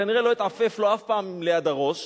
כנראה לא התעופף לו אף פעם ליד הראש.